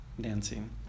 dancing